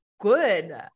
good